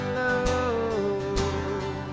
love